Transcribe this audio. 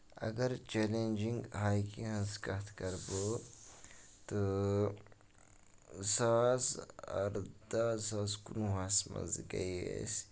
اَگر جیلینجِگ آیہِ ہنٛز کَتھ کرٕ بہٕ تہٕ زٕ ساس اَردہ زٕ ساس کُنہٕ وُہَس منٛز گٔے أسۍ